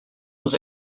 was